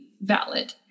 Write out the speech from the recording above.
valid